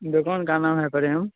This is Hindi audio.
दुकान का नाम है प्रेम